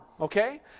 okay